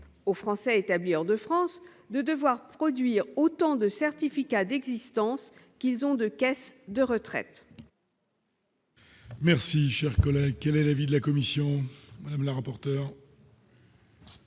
aux Français établis hors de France, de devoir produire autant de certificats d'existence qu'ils ont de caisses de retraite. Merci, chers, quel est l'avis de la commission la rapporteure.